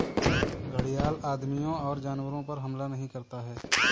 घड़ियाल आदमियों और जानवरों पर हमला नहीं करता है